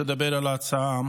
ההצעה,